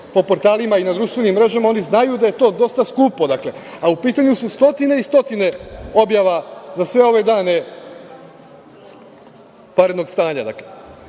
po portalima i na društvenim mrežama, oni znaju da je to dosta skupo, a u pitanju su stotine i stotine objava za sve ove dane vanrednog stanja. Imam